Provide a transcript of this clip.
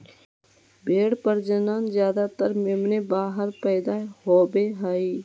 भेड़ प्रजनन ज्यादातर मेमने बाहर पैदा होवे हइ